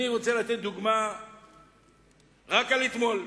אני רוצה לתת דוגמה רק על אתמול.